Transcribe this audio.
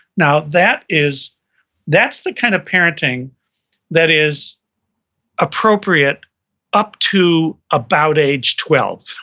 now that is that's the kind of parenting that is appropriate up to about age twelve,